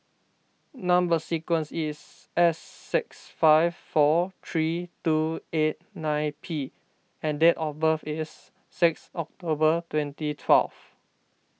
Number Sequence is S six five four three two eight nine P and date of birth is six October twenty twelve